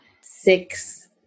six